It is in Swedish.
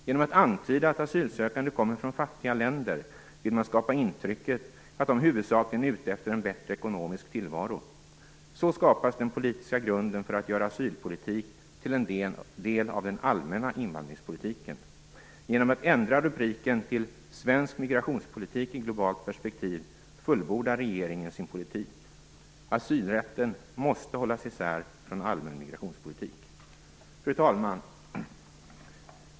Genom att antyda att asylsökande kommer från fattiga länder vill man skapa intrycket att de huvudsakligen är ute efter en bättre ekonomisk tillvaro. Så skapas den politiska grunden för att göra asylpolitik till en del av den allmänna invandringspolitiken. Genom att ändra rubriken till Svensk migrationspolitik i globalt perspektiv fullbordar regeringen sin politik. Asylrätten måste hållas isär från allmän migrationspolitik. Fru talman!